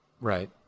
right